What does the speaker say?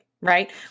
Right